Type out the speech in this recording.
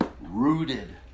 rooted